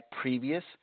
previous